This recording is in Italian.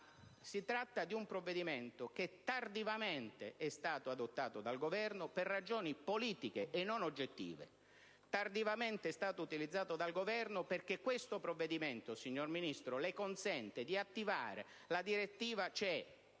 - ma di un provvedimento che tardivamente è stato adottato dal Governo per ragioni politiche e non oggettive. Tardivamente è stato utilizzato dal Governo, perché questo provvedimento, signor Ministro, le consente di attivare la direttiva